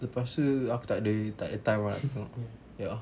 lepas tu aku tak ada tak ada time ah tengok ya